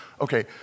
Okay